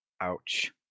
Ouch